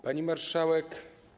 Pani Marszałek!